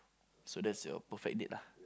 so that's your perfect date lah